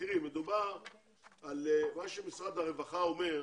מה שמשרד הרווחה אומר,